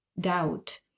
doubt